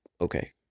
okay